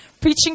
preaching